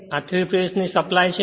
આ ત્રણ ફેજ ની સપ્લાય છે